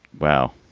well,